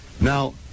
Now